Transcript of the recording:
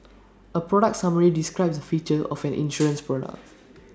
A product summary describes the features of an insurance product